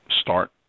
start